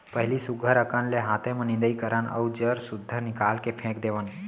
पहिली सुग्घर अकन ले हाते म निंदई करन अउ जर सुद्धा निकाल के फेक देवन